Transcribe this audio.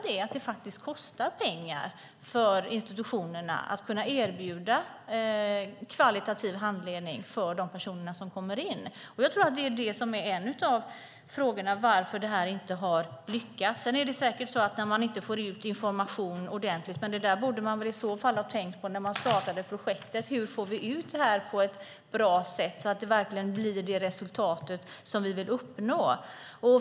Det kostar pengar för institutionerna att erbjuda kvalitativ handledning för dessa personer. En av frågorna är varför detta inte har lyckats. Det är säkert så att information inte har gått ut ordentligt. Men det borde man ha tänkt på när projektet startades, det vill säga hur informationen kommer ut på ett bra sätt så att vi får det resultat vi vill uppnå.